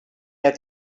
that